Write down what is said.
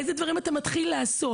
איזה דברים אתה מתחיל לעשות.